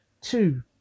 Two